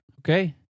okay